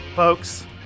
Folks